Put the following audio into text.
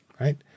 Right